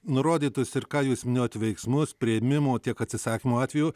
nurodytus ir ką jūs minėjot veiksmus priėmimo tiek atsisakymo atveju